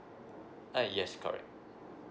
uh yes correct